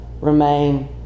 remain